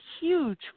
huge